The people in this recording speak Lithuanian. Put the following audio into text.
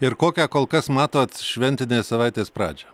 ir kokią kol kas matot šventinės savaitės pradžią